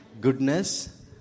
Goodness